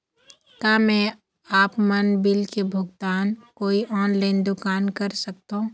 का मैं आपमन बिल के भुगतान कोई ऑनलाइन दुकान कर सकथों?